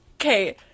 okay